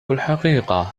الحقيقة